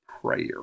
prayer